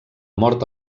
mort